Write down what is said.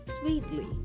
sweetly